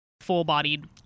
full-bodied